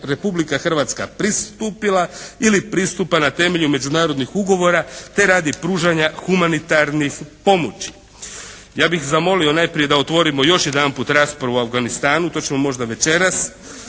Republika Hrvatska pristupila ili pristupa na temelju međunarodnih ugovora te radi pružanja humanitarnih pomoći. Ja bih zamolio da najprije otvorimo još jedanput raspravu o Afganistanu. To ćemo možda večeras.